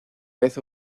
vez